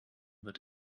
wird